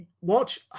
watch